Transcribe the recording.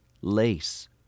lace